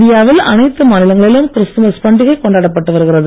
இந்தியாவில் அனைத்து மாநிலங்களிலும் கிறிஸ்துமஸ் பண்டிகை கொண்டாடப்பட்டு வருகிறது